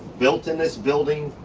built in this building,